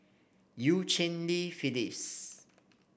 Eu Cheng Li Phyllis